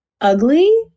ugly